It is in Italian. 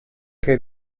che